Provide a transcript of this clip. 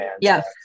Yes